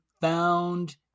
found